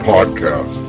Podcast